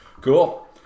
cool